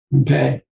okay